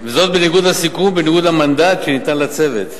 וזאת בניגוד לסיכום ובניגוד למנדט שניתן לצוות.